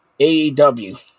AEW